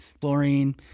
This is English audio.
chlorine